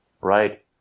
right